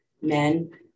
Men